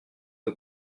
nos